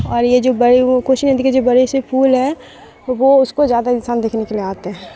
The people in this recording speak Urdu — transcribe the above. اور یہ جو بڑے وہ کوسی ندی کے جو بڑے سے پول ہیں وہ اس کو زیادہ انسان دیکھنے کے لیے آتے ہیں